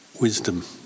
wisdom